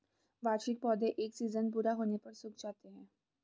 वार्षिक पौधे एक सीज़न पूरा होने पर सूख जाते हैं